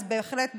אז בהחלט בהצלחה,